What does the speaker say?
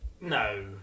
No